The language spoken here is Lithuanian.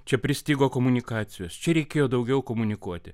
čia pristigo komunikacijos čia reikėjo daugiau komunikuoti